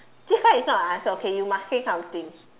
this one is not I answer okay you must say something